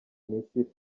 misiri